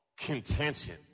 contention